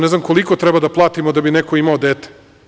Ne znam koliko da platimo da bi neko imao dete.